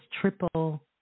triple